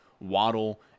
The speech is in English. Waddle